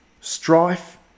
strife